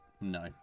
no